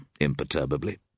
imperturbably